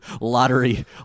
lottery